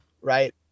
right